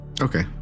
Okay